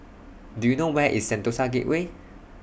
Do YOU know Where IS Sentosa Gateway